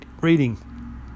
reading